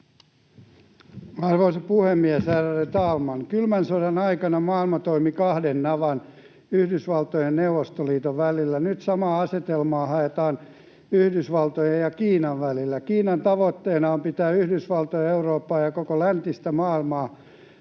Arvoisa puhemies, ärade talman! Kylmän sodan aikana maailma toimi kahden navan, Yhdysvaltojen ja Neuvostoliiton, välillä. Nyt samaa asetelmaa haetaan Yhdysvaltojen ja Kiinan välille. Kiinan tavoitteena on pitää Yhdysvaltoja, Eurooppaa ja koko läntistä maailmaa